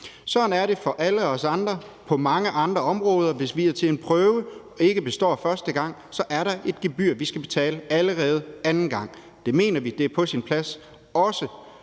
Sådan er det for alle os andre på mange andre områder. Hvis vi er til en prøve og ikke består første gang, så er der et gebyr, vi skal betale allerede anden gang. Det mener vi er på sin plads, også